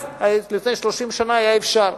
אז, לפני 30 שנה, היה אפשר.